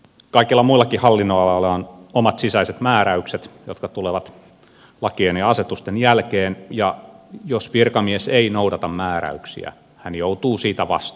kaikilla muillakin hallinnonaloilla on omat sisäiset määräykset jotka tulevat lakien ja asetusten jälkeen ja jos virkamies ei noudata määräyksiä hän joutuu siitä vastuuseen